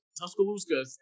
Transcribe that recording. Tuscaloosa